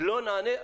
לא נענה,